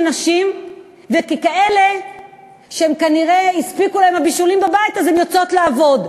של נשים כאלה שכנראה הספיק להן מהבישולים בבית אז הן יוצאות לעבוד,